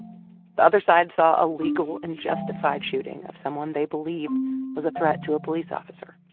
the other side saw a legal and justified shooting of someone they believed was a threat to a police officer.